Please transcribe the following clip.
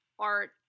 art